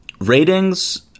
ratings